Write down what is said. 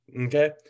Okay